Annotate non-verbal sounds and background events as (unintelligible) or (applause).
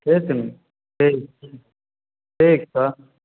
(unintelligible) ठीक ठीक ठीक छऽ